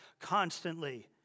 constantly